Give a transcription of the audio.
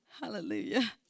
Hallelujah